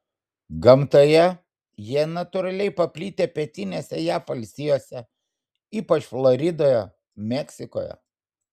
gamtoje jie natūraliai paplitę pietinėse jav valstijose ypač floridoje meksikoje